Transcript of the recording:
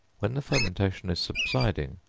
when the fermentation is subsiding,